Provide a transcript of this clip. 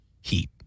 heat